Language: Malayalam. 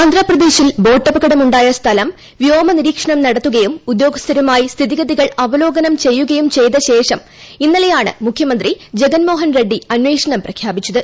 ആന്ധ്രാപ്രദേശിൽ ബോട്ടപകടമു ായ സ്ഥലം വ്യോമനിരീക്ഷണം നടത്തുകയും ഉദ്യോഗസ്ഥരുമായി സ്ഥിതിഗതികൾ അവലോകനം ചെയ്യുകയും ചെയ്ത ശേഷം ഇന്നലെയാണ് മുഖ്യമന്ത്രി ജഗൻ മോഹൻ റെഡി അനേഷണം പ്രഖ്യാപിച്ചത്